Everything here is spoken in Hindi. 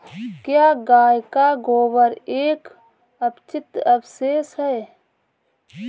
क्या गाय का गोबर एक अपचित अवशेष है?